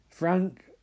Frank